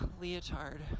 leotard